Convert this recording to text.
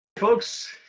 Folks